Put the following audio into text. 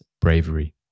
Bravery